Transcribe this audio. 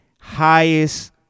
highest